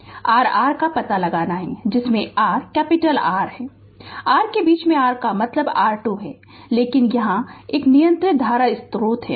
Refer Slide Time 0019 r R का पता लगाना है जिसमें r R है R के बीच में R का मतलब R2 है लेकिन यहां एक नियंत्रित धारा स्रोत है